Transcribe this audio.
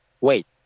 Wait